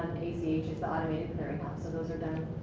automated clearinghouse so those are done